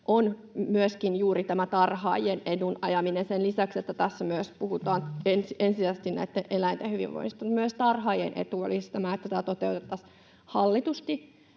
juuri tarhaajien edun ajaminen. Sen lisäksi, että tässä puhutaan ensisijaisesti näitten eläinten hyvinvoinnista, myös tarhaajien etu olisi, että toteutettaisiin hallitusti